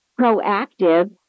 proactive